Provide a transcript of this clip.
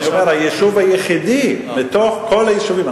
אני אומר שהיישוב היחידי מתוך כל היישובים.